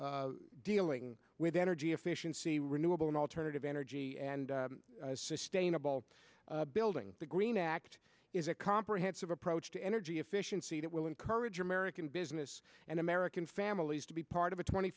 in dealing with energy efficiency renewable and alternative energy and sustainable building the green act is a comprehensive approach to energy efficiency that will encourage american business and american families to be part of a twenty